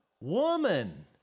woman